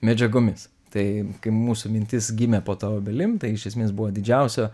medžiagomis tai kai mūsų mintis gimė po ta obelim tai iš esmės buvo didžiausio